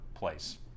place